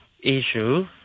issue